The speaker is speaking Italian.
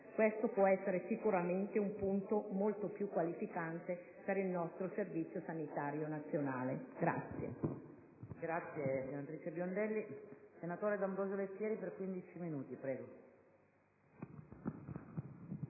Questo può essere sicuramente un punto molto più qualificante per il nostro Servizio sanitario nazionale.*(Applausi*